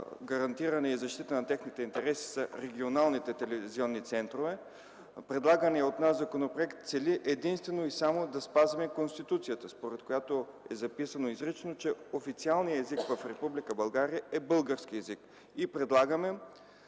гарантиране и защита на техните интереси са регионалните телевизионни центрове. Предлаганият от нас законопроект цели единствено и само да спазваме Конституцията, в която е записано изрично, че официалният език в Република България е българският език и предлагаме